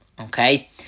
okay